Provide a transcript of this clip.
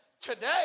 today